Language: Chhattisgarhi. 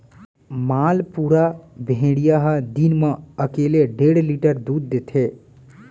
मालपुरा भेड़िया ह दिन म एकले डेढ़ लीटर दूद देथे